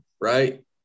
right